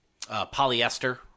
Polyester